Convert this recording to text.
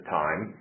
time